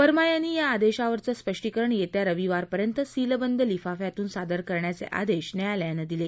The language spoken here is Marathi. वर्मा यांनी या आदेशावरचं स्पष्टीकरण येत्या रविवारपर्यंत सीलबंद लिफाफ्यातून सादर करण्याचे आदेश न्यायालयानं दिले